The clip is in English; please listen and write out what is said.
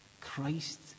christ